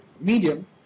medium